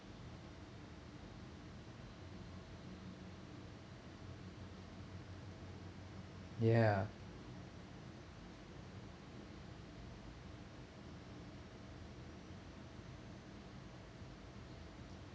ya